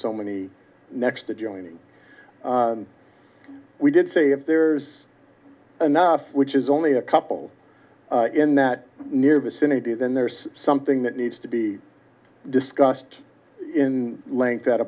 so many next adjoining we did say if there's enough which is only a couple in that near vicinity then there's something that needs to be discussed in l